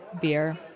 beer